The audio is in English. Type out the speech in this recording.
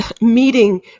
meeting